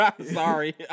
Sorry